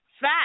fat